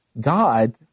God